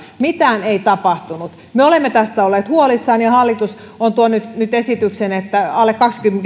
mitään ei tapahtunut me olemme tästä olleet huolissamme ja hallitus on tuonut nyt esityksen että alle